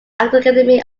academy